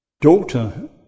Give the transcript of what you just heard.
Daughter